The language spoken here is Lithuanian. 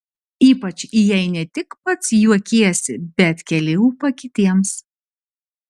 ypač jei ne tik pats juokiesi bet keli ūpą kitiems